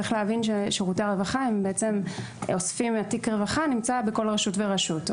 צריך להבין ששירותי הרווחה אוספים ותיק רווחה נמצא בכל רשות ורשות.